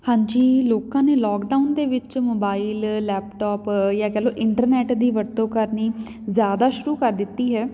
ਹਾਂਜੀ ਲੋਕਾਂ ਨੇ ਲੋਕਡਾਊਨ ਦੇ ਵਿੱਚ ਮੋਬਾਈਲ ਲੈਪਟੋਪ ਜਾਂ ਕਹਿ ਲਉ ਇੰਟਰਨੈੱਟ ਦੀ ਵਰਤੋਂ ਕਰਨੀ ਜ਼ਿਆਦਾ ਸ਼ੁਰੂ ਕਰ ਦਿੱਤੀ ਹੈ